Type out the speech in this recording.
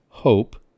hope